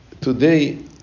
today